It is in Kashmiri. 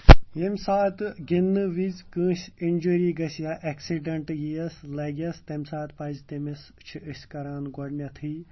ییٚمہِ ساتہٕ گِنٛدنہٕ وِز کٲنٛسہِ اِنجُری گژھِ یا اٮ۪کسِڈَنٛٹ ییٖیَس لَگٮ۪س تَمہِ ساتہٕ پَزِ تٔمِس چھِ أسۍ کَران گۄڈنٮ۪تھٕے